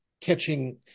catching